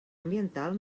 ambiental